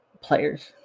players